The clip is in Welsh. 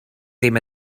ddim